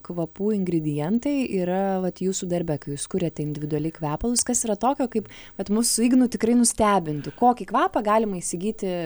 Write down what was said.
kvapų ingredientai yra vat jūsų darbe kai jūs kuriate individuali kvepalus kas yra tokio kaip kad mus su ignu tikrai nustebintų kokį kvapą galima įsigyti